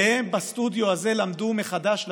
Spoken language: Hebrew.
והם בסטודיו הזה למדו מחדש ללכת.